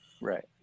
Right